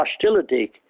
hostility